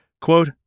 quote